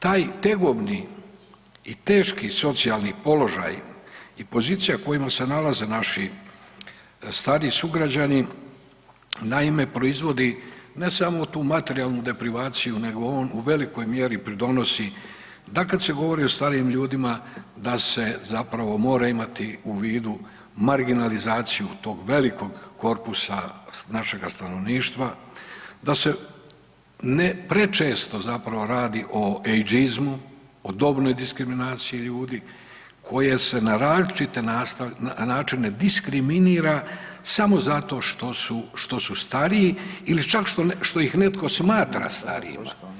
Taj tegobni i teški socijalni položaj i pozicija u kojima se nalaze naši stari sugrađani naime proizvodi ne samo tu materijalnu deprivaciju nego od u velikoj mjeri pridonosi da kad se govori o starijim ljudima da se zapravo mora imati u vidu marginalizaciju tog velikog korpusa našega stanovništva, da se ne prečesto zapravo radi o ejdžizmu, o dobnoj diskriminaciji ljudi koje se na različite načine diskriminira samo zato što su stariji ili čak što ih netko smatra starijima.